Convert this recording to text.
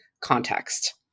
context